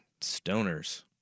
Stoners